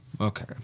Okay